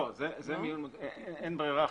אין ברירה.